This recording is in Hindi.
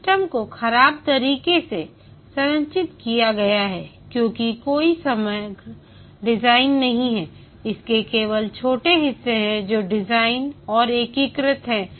सिस्टम को खराब तरीके से संरचित किया गया है क्योंकि कोई समग्र डिजाइन नहीं है इसके केवल छोटे हिस्से हैं जो डिज़ाइन और एकीकृत हैं